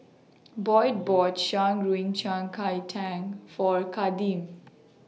Boyd bought Shan Rui Yao Cai Tang For Kadeem